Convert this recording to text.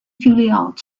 juilliard